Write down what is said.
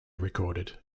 recorded